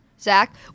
Zach